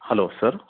hello sir